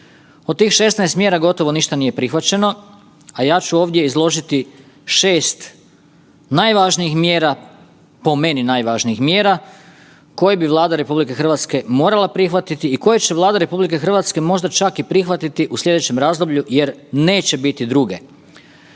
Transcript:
Od tih 16 mjera gotovo ništa nije prihvaćeno, a ja ću ovdje izložiti 6 najvažnijih mjera, po meni najvažnijih mjera koje bi Vlada RH morala prihvatiti i koje će Vlada RH možda čak i prihvatiti u slijedećem razdoblju jer neće biti druge.